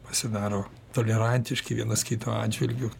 pasidaro tolerantiški vienas kito atžvilgiu